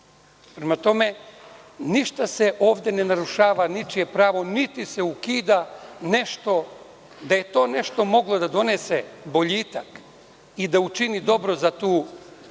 to. Prema tome, ništa se ovde ne narušava, ničije pravo, niti se ukida nešto. Da je to nešto moglo da donese boljitak i da učini dobro za tu